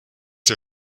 der